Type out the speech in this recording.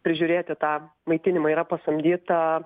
prižiūrėti tą maitinimą yra pasamdyta